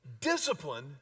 discipline